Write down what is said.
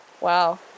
Wow